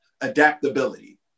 adaptability